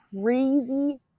crazy